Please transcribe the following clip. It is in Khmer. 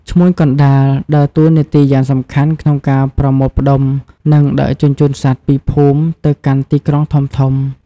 ឈ្មួញកណ្តាល ដើរតួនាទីយ៉ាងសំខាន់ក្នុងការប្រមូលផ្តុំ និងដឹកជញ្ជូនសត្វពីភូមិទៅកាន់ទីក្រុងធំៗ។